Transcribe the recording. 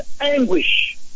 anguish